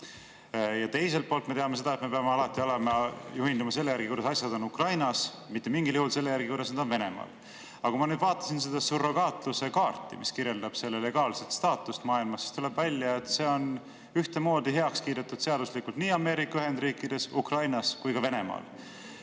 Teiselt poolt me teame seda, et me peame alati juhinduma sellest, kuidas on asjad Ukrainas, mitte mingil juhul selle järgi, kuidas nad on Venemaal. Kui ma nüüd vaatasin seda kaarti, mis kirjeldab surrogaatluse legaalset staatust maailmas, siis tuleb välja, et see on ühtemoodi heaks kiidetud seaduslikult nii Ameerika Ühendriikides, Ukrainas kui ka Venemaal.